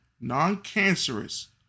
non-cancerous